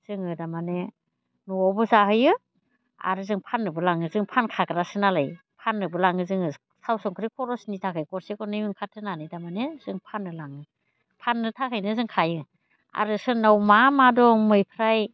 जोङो तारमाने न'आवबो जाहोयो आरो जों फाननोबो लाङो जों फानखाग्रासो नालाय फाननोबो लाङो जोङो थाव संख्रि खरसनि थाखाय गरसे गरनै ओंखारगोन होननानै तारमाने जों फाननो लाङो फाननो थाखायनो जों खायो आरो सोरनाव मा मा दं मैफ्राय